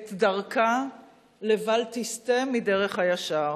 את דרכה לבל תסטה מדרך הישר.